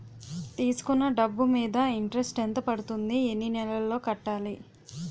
తీసుకున్న డబ్బు మీద ఇంట్రెస్ట్ ఎంత పడుతుంది? ఎన్ని నెలలో కట్టాలి?